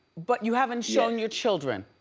but you haven't shown your children.